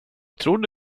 trodde